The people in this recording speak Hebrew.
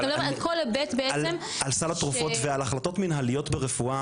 כל ההיבט בעצם -- על סל התרופות ועל החלטות מנהליות ברפואה,